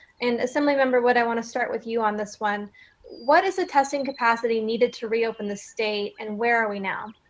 and assembly member, what i want to start with you on this one what is the testing capacity needed to reopen the state and where are we now?